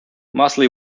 mosley